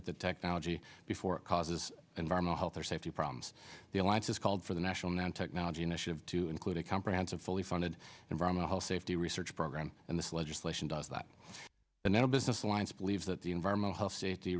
with that technology before it causes environment health or safety problems the alliance is called for the national nine technology initiative to include a comprehensive fully funded environmental safety research program and this legislation does that and then a business alliance believes that the environmental health safety